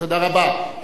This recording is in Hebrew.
תודה רבה.